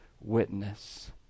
witness